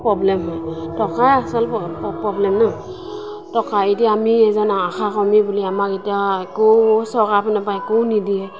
problem হয় টকাই আচল পবলেম ন টকা এতিয়া আমি এজন আশাকৰ্মী বুলি আমাক এতিয়া একো চৰকাৰৰ পিনৰ পৰা একো নিদিয়ে